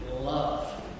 love